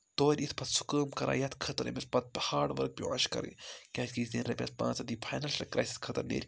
تورِ یِتھ پَتہٕ سُہ کٲم کَران یَتھ خٲطرٕ أمِس پَتہٕ ہاڈ ؤرٕک پیوان چھِ کَرٕنۍ کیٛازِکہِ نیٚرِس پانٛژَن دِی فاینانشَل کرٛایسَس خٲطرٕ نیرِ